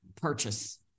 purchase